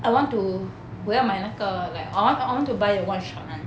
I want to wear my 那个 like I wan~ I want to buy the one shot [one]